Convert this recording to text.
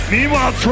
Meanwhile